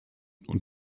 und